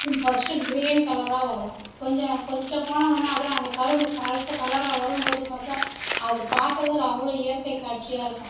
first green கலராக வரும் கொஞ்சம் கொஞ்சம் போனவுன்னே அப்படியே அந்த கரும்பு கருப்பு கலராக வரும்போது பார்த்தா அது பார்க்கறதுக்கு அவ்வளோ இயற்கை காட்சியாக இருக்கும்